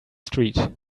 street